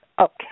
Okay